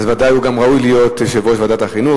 אז ודאי הוא גם ראוי להיות יושב-ראש ועדת החינוך.